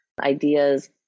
ideas